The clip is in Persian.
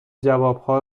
جوابها